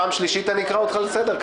אני אקרא אותך לסדר פעם שלישית?